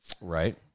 Right